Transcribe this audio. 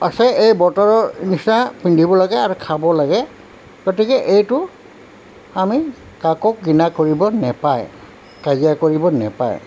আছে এই বতৰৰ নিচিনা পিন্ধিব লাগে আৰু খাব লাগে গতিকে এইটো আমি কাকো ঘৃণা কৰিব নাপায় কাজিয়া কৰিব নাপায়